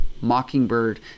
Mockingbird